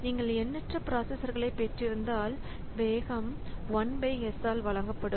நீங்கள் எண்ணற்ற பிராசஸர்களை பெற்றிருந்தால் வேகம் 1 பை S ஆல் வழங்கப்படும்